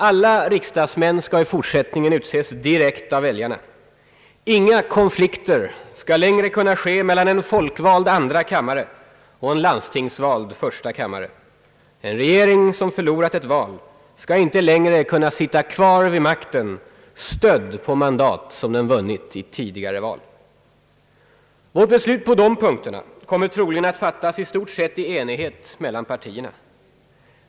Alla riksdagsmän skall i fortsättningen utses direkt av väljarna. Inga konflikter skall längre kunna finnas mellan en folkvald andra kammare och en landstingsvald första kammare. En regering som förlorat ett val skall inte längre kunna sitta kvar vid makten stödd på mandat som den vunnit i tidigare val. Vårt beslut på dessa punkter kommer troligen att fattas i enighet, eller i stort sett i enighet mellan partierna.